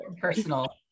personal